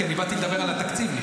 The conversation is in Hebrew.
כי אני באתי לדבר על התקציב.